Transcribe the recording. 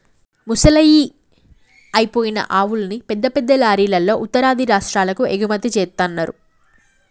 ముసలయ్యి అయిపోయిన ఆవుల్ని పెద్ద పెద్ద లారీలల్లో ఉత్తరాది రాష్టాలకు ఎగుమతి జేత్తన్నరు